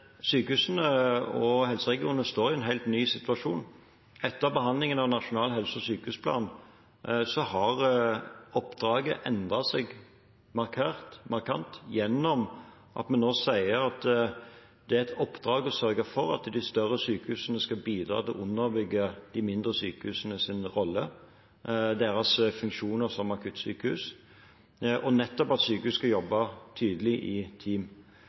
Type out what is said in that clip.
sykehusene og helseregionene står i en helt ny situasjon. Etter behandlingen av Nasjonal helse- og sykehusplan har oppdraget endret seg markant, gjennom at vi nå sier at det er et oppdrag å sørge for at de større sykehusene skal bidra til å underbygge de mindre sykehusenes rolle, deres funksjoner som akuttsykehus og nettopp at sykehus skal jobbe tydelig i team.